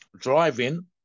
driving